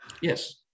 Yes